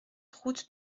route